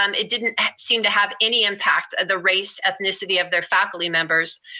um it didn't seem to have any impact, the race-ethnicity of their faculty members.